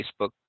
Facebook